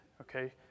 okay